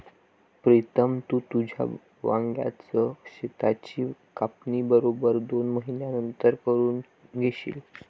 प्रीतम, तू तुझ्या वांग्याच शेताची कापणी बरोबर दोन महिन्यांनंतर करून घेशील